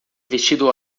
vestido